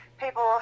People